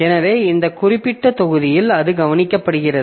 எனவே இந்த குறிப்பிட்ட தொகுதியில் அது கவனிக்கப்படுகிறது